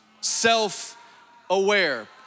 self-aware